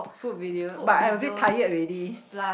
food video but I abit tired already